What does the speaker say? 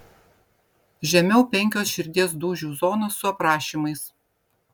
žemiau penkios širdies dūžių zonos su aprašymais